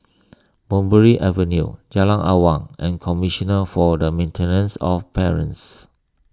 Mulberry Avenue Jalan Awang and Commissioner for the Maintenance of Parents